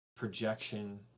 projection